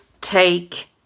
take